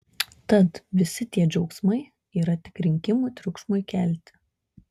tad visi tie džiaugsmai yra tik rinkimų triukšmui kelti